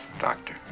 Doctor